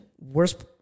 worst